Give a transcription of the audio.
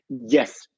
Yes